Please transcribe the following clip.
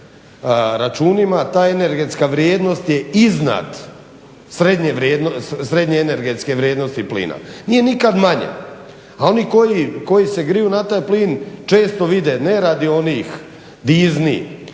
srednje energetske vrijednosti plina. Nije nikad manja, a oni koji se griju na taj plin često vide ne radi onih dizni